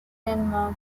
denmark